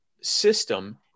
system